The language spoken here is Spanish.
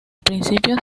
principios